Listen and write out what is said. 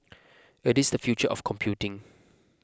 it is the future of computing